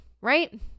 right